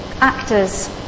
actors